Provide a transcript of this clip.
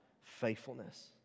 faithfulness